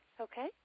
Okay